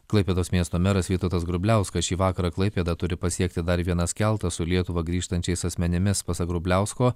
klaipėdos miesto meras vytautas grubliauskas šį vakarą klaipėda turi pasiekti dar vienas keltas su lietuvą grįžtančiais asmenimis pasak grubliausko